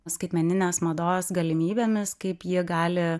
skaitmeninės mados galimybėmis kaip jie gali